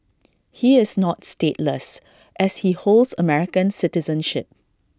he is not stateless as he holds American citizenship